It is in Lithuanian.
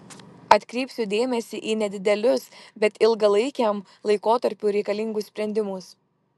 atkreipsiu dėmesį į nedidelius bet ilgalaikiam laikotarpiui reikalingus sprendimus